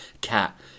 Cat